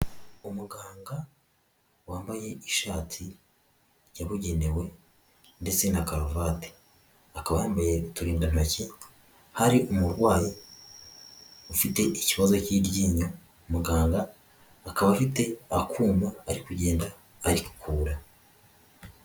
Umuganga wambaye ishati yabugenewe ndetse na karuvati, akaba yambaye uturindantoki hari umurwayi ufite ikibazo cy'iryinyo, muganga akaba afite akuma ari kugenda ariyikura.